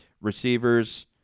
Receivers